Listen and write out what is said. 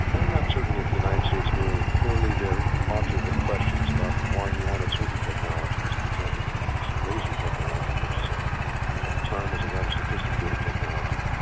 i'm not certain if the united states knew. clearly there ought to have been questions about why he wanted certain technologies, for example ah this laser technology, which ah at the time was a rather sophisticated technology.